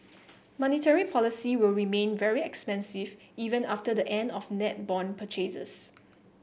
monetary policy will remain very expansive even after the end of net bond purchases